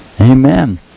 Amen